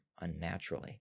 unnaturally